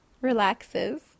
relaxes